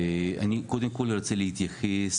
אני קודם כל רוצה להתייחס,